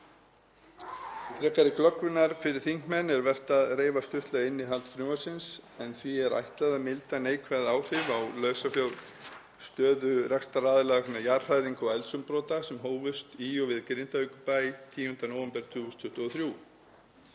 frekari glöggvunar fyrir þingmenn er vert að reifa stuttlega innihald frumvarpsins en því er ætlað að milda neikvæð áhrif á lausafjárstöðu rekstraraðila vegna jarðhræringa og eldsumbrota sem hófust í og við Grindavíkurbæ 10. nóvember 2023.